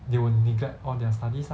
they would neglect all their studies lah